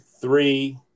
three